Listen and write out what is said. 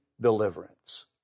deliverance